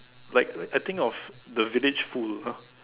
like I think of the village fool ah